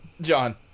John